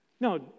No